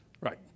Right